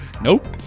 Nope